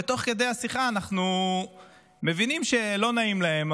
תוך כדי השיחה אנחנו מבינים שלא נעים להם,